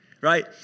right